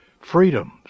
freedoms